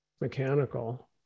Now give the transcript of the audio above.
mechanical